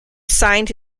signed